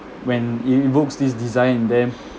when it evokes this desire in them